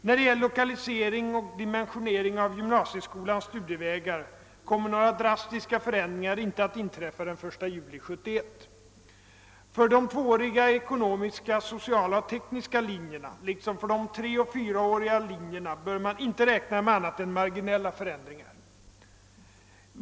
När det gäller lokalisering och dimensionering av gymnasieskolans studievägar kommer några drastiska förändringar inte att inträffa den 1 juli 1971. För de tvååriga ekonomiska, sociala och tekniska linjerna liksom för de treoch fyraåriga linjerna bör man inte räkna med annat än marginella förändringar.